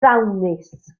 ddawnus